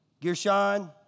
Gershon